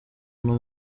uno